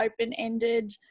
open-ended